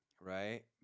right